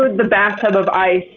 the bathtub of ice.